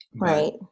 Right